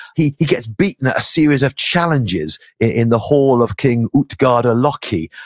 he he gets beaten at a series of challenges in the hall of king utgarda-loki